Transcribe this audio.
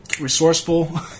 resourceful